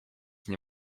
nie